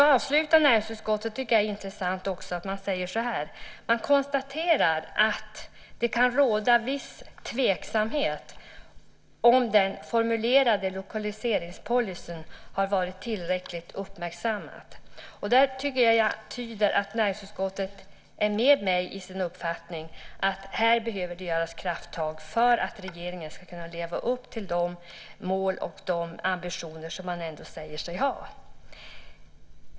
Jag tycker att det är intressant att näringsutskottet slutar med att konstatera att det kan råda viss tveksamhet om den formulerade lokaliseringspolicyn har varit tillräckligt uppmärksammad. Det tycker jag tyder på att näringsutskottet delar min uppfattning att det här behövs krafttag för att regeringen ska kunna leva upp till de mål och ambitioner som man ändå säger sig ha. Fru talman!